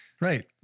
Right